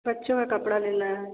बच्चों का कपड़ा लेना है